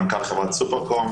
מנכ"ל חברת "סופרקום",